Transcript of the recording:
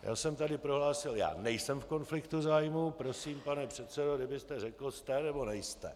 Já jsem tady prohlásil: Já nejsem v konfliktu zájmu, prosím, pane předsedo, kdybyste řekl jste, nebo nejste?